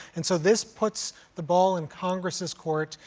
and so this puts the ball in congress' court,